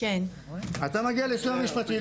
אתה מגיע לסיוע משפטי,